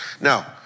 Now